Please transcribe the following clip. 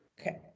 Okay